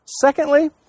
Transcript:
Secondly